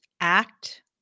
act